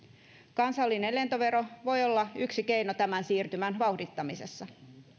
kansallinen lentovero voi olla yksi keino tämän siirtymän vauhdittamisessa